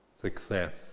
success